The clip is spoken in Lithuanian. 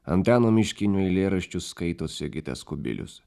antano miškinio eilėraščius skaito sigitas kubilius